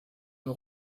nur